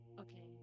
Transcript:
okay